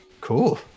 Cool